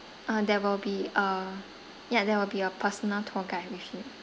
uh there will be a yup there will be a personal tour guide with you